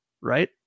right